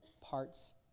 parts